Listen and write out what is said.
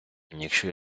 якщо